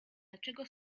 dlaczego